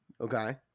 Okay